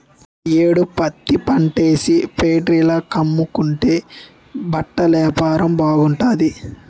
ఈ యేడు పత్తిపంటేసి ఫేట్రీల కమ్ముకుంటే బట్టలేపారం బాగుంటాది